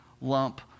lump